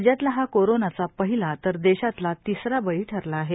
राज्यातला हा कोरोनाचा पहिला तर देशातला तिसरा बळी ठरला आहे